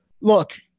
look